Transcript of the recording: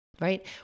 Right